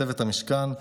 צוות המשכן,